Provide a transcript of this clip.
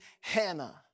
Hannah